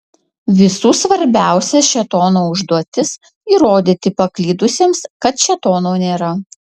visų svarbiausia šėtono užduotis įrodyti paklydusiems kad šėtono nėra